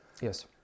Yes